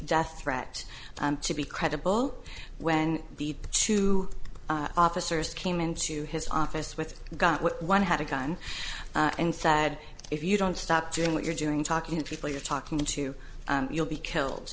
death threat to be credible when the two officers came into his office with got one had a gun and sad if you don't stop doing what you're doing talking to people you're talking to you'll be killed